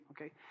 okay